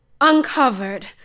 uncovered